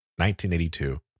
1982